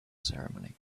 ceremony